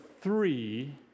three